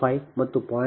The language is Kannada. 05 ಮತ್ತು 0